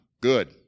Good